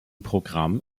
programm